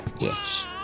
Yes